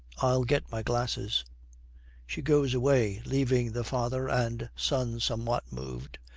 i'll get my glasses she goes away, leaving the father and son somewhat moved.